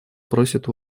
просит